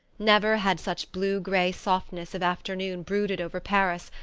never had such blue-grey softness of afternoon brooded over paris,